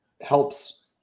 helps